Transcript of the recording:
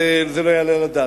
זה לא יעלה על הדעת.